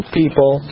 people